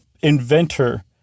inventor